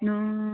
ꯑꯥ